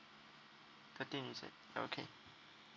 thirteen you said okay